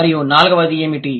మరియు నాల్గవది ఏమిటి